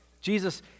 Jesus